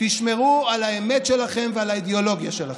תשמרו על האמת שלכם ועל האידיאולוגיה שלכם.